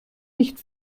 nicht